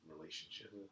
relationship